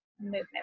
movement